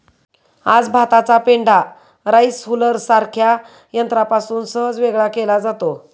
आज भाताचा पेंढा राईस हुलरसारख्या यंत्रापासून सहज वेगळा केला जातो